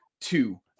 two